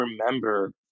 remember